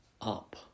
up